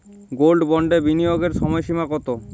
Gold বন্ডে বিনিয়োগের সময়সীমা কতো?